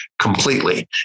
completely